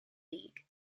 league